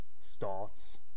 starts